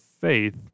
faith